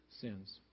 sins